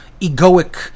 egoic